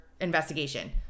investigation